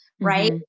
right